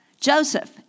Joseph